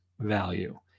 value